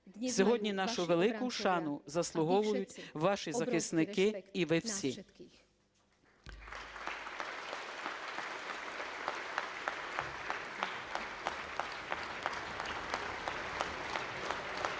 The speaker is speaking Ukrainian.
Сьогодні нашої великої шани заслуговують ваші захисники і ви всі.